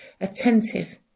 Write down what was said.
attentive